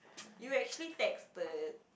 you actually texted